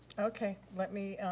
okay. let me,